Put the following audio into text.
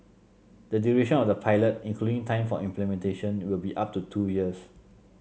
the duration of the pilot including time for implementation will be up to two years